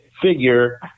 figure